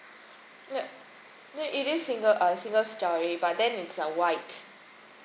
no no it is single uh single storey but then it's uh wide